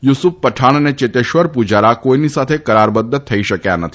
યુસુફ પઠાણ અને ચેતેશ્વર પુજારા કોઈની સાથે કરારબદ્ધ થઈ શક્યા નથી